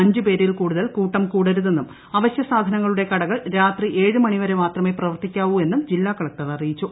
അഞ്ചു പേരിൽ കൂടുതൽ കൂട്ടം കൂടരുതെന്നും അവശ്യസാധനങ്ങളുടെ കൂടകൾ രാത്രി ഏഴു മണിവരെ മാത്രമെ പ്രവർത്തിക്കാവൂ എന്നും ്ജില്ലാകളക്ടർ അറിയിച്ചു